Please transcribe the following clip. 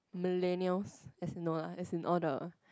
millennials as in no ah as in all the